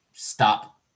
stop